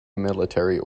military